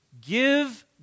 give